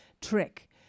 trick